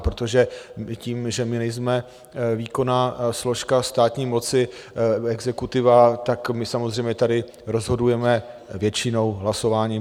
Protože tím, že my nejsme výkonná složka státní moci, exekutiva, tak my samozřejmě tady rozhodujeme většinou hlasováním.